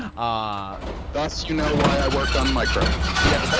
ah ah thus you know why i work on microbes. yeah